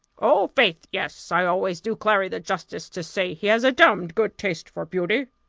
oh, faith! yes i always do clary the justice to say, he has a damned good taste for beauty.